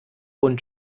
und